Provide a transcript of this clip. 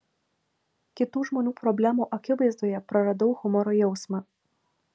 kitų žmonių problemų akivaizdoje praradau humoro jausmą